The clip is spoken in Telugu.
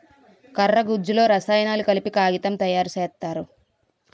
కర్ర గుజ్జులో రసాయనాలు కలిపి కాగితం తయారు సేత్తారు